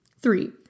Three